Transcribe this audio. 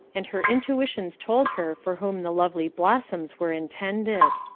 and her intuitions told her for whom the lovely blossoms were intended.